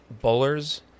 bowlers